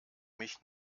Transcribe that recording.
mich